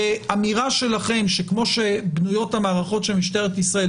ואמירה שלכם שכמו שבנויות המערכות של משטרת ישראל,